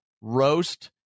Roast